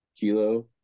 kilo